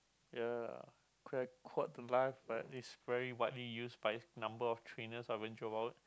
ya lah the life but it's very widely used by number of trainers